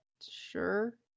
Sure